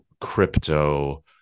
crypto